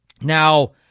Now